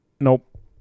nope